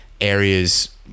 areas